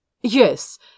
Yes